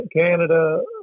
Canada